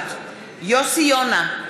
נוכחת יוסי יונה,